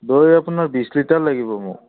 দৈ আপোনাৰ বিছ লিটাৰ লাগিব মোক